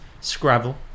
Scrabble